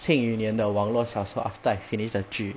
庆余年的网络小说 after I finish the 剧